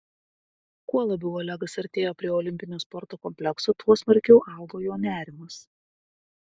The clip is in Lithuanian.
kuo labiau olegas artėjo prie olimpinio sporto komplekso tuo smarkiau augo jo nerimas